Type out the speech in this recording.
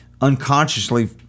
unconsciously